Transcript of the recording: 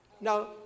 Now